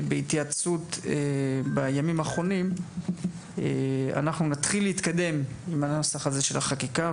בהתייעצות בימים האחרונים אנחנו נתחיל להתקדם עם הנוסח הזה של החקיקה,